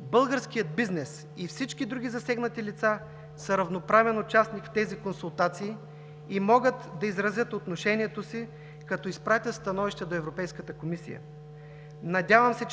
Българският бизнес и всички други засегнати лица са равноправен участник в тези консултации и могат да изразят отношението си, като изпратят становища до Европейската комисия. Надявам се,